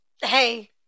Hey